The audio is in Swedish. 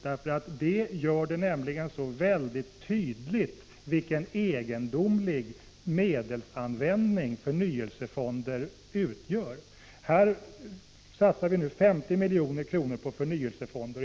Det gör nämligen att det mycket tydligt framgår vilken egendomlig medelsanvändning förnyelsefonder utgör. Man satsar nu 50 milj.kr. på förnyelsefonder.